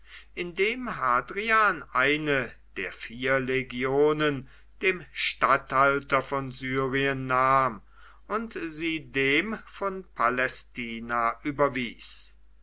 indem hadrian eine der vier legionen dem statthalter von syrien nahm und sie dem von palästina überwies